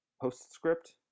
postscript